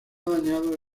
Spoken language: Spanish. dañado